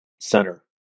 center